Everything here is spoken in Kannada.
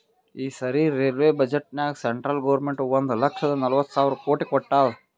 ಈ ಸರಿ ರೈಲ್ವೆ ಬಜೆಟ್ನಾಗ್ ಸೆಂಟ್ರಲ್ ಗೌರ್ಮೆಂಟ್ ಒಂದ್ ಲಕ್ಷದ ನಲ್ವತ್ ಸಾವಿರ ಕೋಟಿ ಕೊಟ್ಟಾದ್